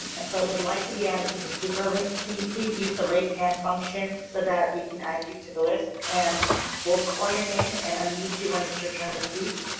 and and but would like to be added to the speaker list. can you please use the raise hand function so that we can add you to the list and will call your name and unmute you when it's your turn to speak.